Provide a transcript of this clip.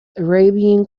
arabian